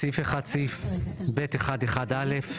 בסעיף 1(ב1)(1)(א),